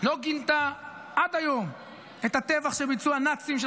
לא גינתה את הטבח שביצעו הנאצים של